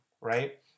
right